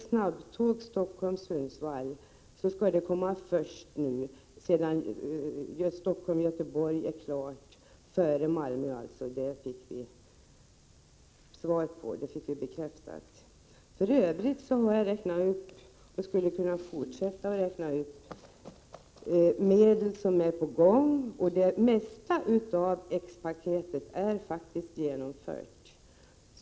Snabbtåget Stockholm-Sundsvall skall komma allra först sedan Stockholm-Göteborg är klart. Vi skall alltså komma före Malmö, det fick vi bekräftelse på. För övrigt skulle jag kunna fortsätta att räkna upp vilka medelstilldelningar som är på gång. Det mesta av X-paketet är faktiskt genomfört.